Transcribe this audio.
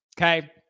okay